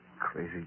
Crazy